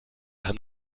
haben